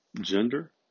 gender